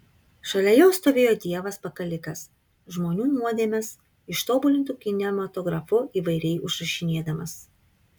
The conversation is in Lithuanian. šalia jo stovėjo dievas pakalikas žmonių nuodėmes ištobulintu kinematografu įvairiai užrašinėdamas